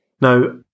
Now